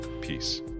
peace